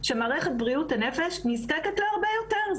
שמערכת בריאות הנפש נזקקת להרבה יותר.